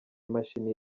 imashini